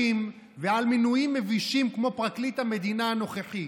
ועל מינויים מבישים כמו פרקליט המדינה הנוכחי.